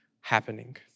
happening